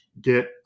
get